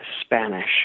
Spanish